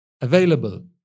available